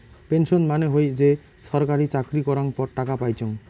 pension মানে হই যে ছরকারি চাকরি করাঙ পর টাকা পাইচুঙ